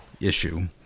issue